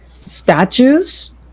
statues